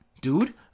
dude